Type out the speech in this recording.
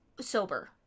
sober